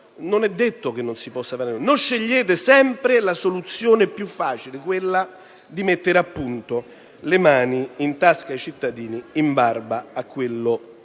non è detto che non si possa seguire da noi: non scegliete sempre la soluzione più facile, quella di mettere, appunto, le mani in tasca ai cittadini, in barba a quanto dite nei